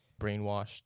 brainwashed